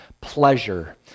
pleasure